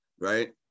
Right